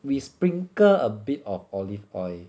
we sprinkle a bit of olive oil